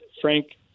Frank